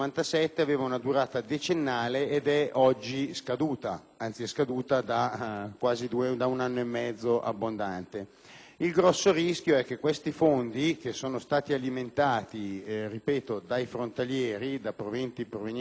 Il grosso rischio è che questo fondo, che è stato alimentato, ripeto, dai frontalieri con versamenti provenienti dal proprio stipendio, venga utilizzato per altri scopi; e non potrebbe essere che così,